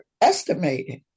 estimated